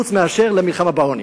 חוץ מאשר למלחמה בעוני.